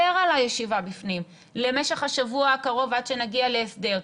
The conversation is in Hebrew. על הישיבה בפנים למשך השבוע הקרוב עד שנגיע להסדר,